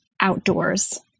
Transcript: outdoors